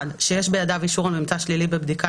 "(1) שיש בידיו אישור על ממצא שלילי בבדיקה